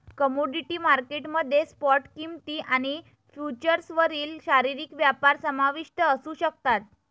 commodity market मध्ये spot किंमती आणि फ्युचर्सवरील शारीरिक व्यापार समाविष्ट असू शकतात